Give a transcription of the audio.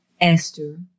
Esther